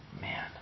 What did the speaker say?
Man